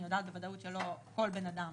אני יודעת בוודאות שלא כל בן אדם